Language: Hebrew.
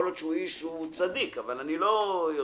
יכול להיות שהאיש הוא צדיק, אבל אני לא יודע.